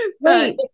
Right